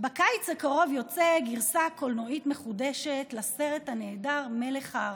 בקיץ הקרוב יוצאת גרסה קולנועית מחודשת לסרט הנהדר "מלך האריות".